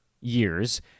years